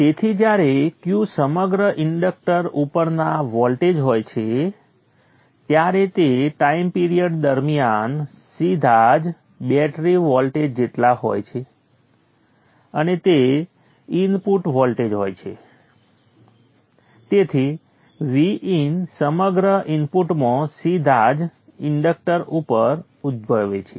તેથી જ્યારે Q સમગ્ર ઈન્ડક્ટર ઉપરના વોલ્ટેજ હોય છે ત્યારે તે ટાઈમ પિરિયડ દરમિયાન સીધા જ બેટરી વોલ્ટેજ જેટલા હોય છે અને તે ઇનપુટ વોલ્ટેજ હોય છે તેથી Vin સમગ્ર ઇનપુટમાં સીધા જ ઇન્ડક્ટન્સ ઉપર ઉદ્ભવે છે